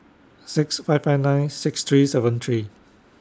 six five five nine six three seven three